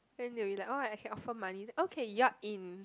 then you'll be like oh I can offer money okay you're in